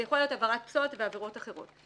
זה יכול להיות עבירת פסולת ועבירות אחרות.